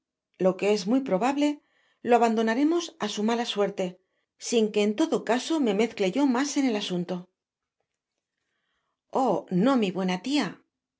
lo quo es muy probable lo abandonaremos á su mala suerte sin que en todo caso me mezcle yo mas en el asunto no mi buena lia